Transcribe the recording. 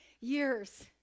years